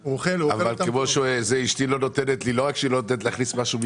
אבל אשתי לא רק שהיא לא נותנת להכניס משהו מבחוץ,